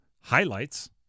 highlights